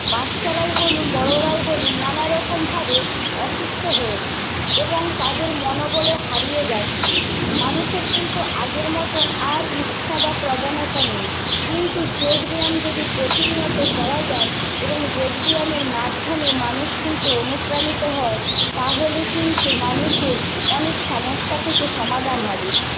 বাচ্চারাই বলুন বড়রাই বলুন নানা রকমভাবে অসুস্থ হয়েছেন এবং তাদের মনোবলও হারিয়ে যাচ্ছে মানুষের কিন্তু আগের মতন আর ইচ্ছা বা প্রবণতা নেই কিন্তু যোগব্যায়াম যদি প্রতিনিয়ত করা যায় এবং যোগ ব্যায়ামের মাধ্যমে মানুষ কিন্তু অনুপ্রাণিত হয় তাহলে কিন্তু মানুষের অনেক সমস্যা থেকে সমাধান হবে